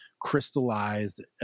crystallized